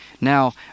Now